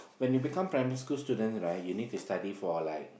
when you become primary school students right you need to study for like